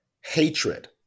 hatred